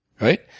right